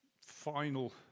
final